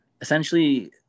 essentially